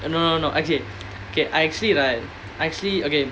uh no no no okay K I actually right I actually okay